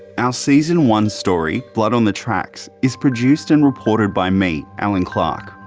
our season one story, blood on the tracks, is produced and reported by me, allan clarke,